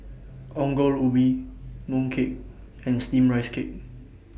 Ongol Ubi Mooncake and Steamed Rice Cake